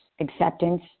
acceptance